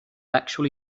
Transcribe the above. actually